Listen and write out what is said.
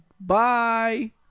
bye